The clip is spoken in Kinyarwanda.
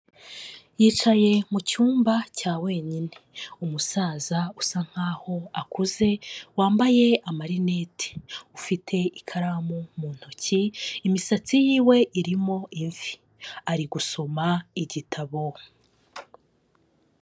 Yicaye mu cyumba cya wenyine, umusaza usa nkaho akuze wambaye amarinete, ufite ikaramu mu ntoki, imisatsi yiwe irimo imvi ari gusoma igitabo.